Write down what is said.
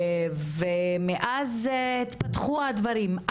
ומאז התפתחו הדברים.